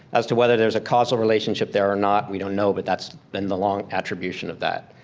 as to whether there's a causal relationship there or not, we don't know, but that's been the long attribution of that.